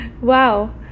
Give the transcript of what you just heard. Wow